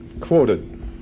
quoted